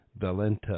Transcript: Valenta